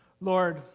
Lord